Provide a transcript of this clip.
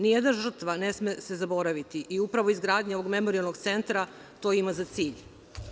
Nijedna žrtva ne sme se zaboraviti i upravo izgradnja ovog Memorijalnog centra to ima za cilj.